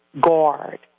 guard